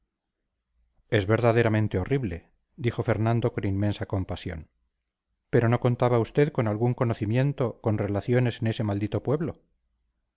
es verdaderamente horrible dijo fernando con inmensa compasión pero no contaba usted con algún conocimiento con relaciones en ese maldito pueblo